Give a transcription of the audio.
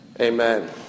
Amen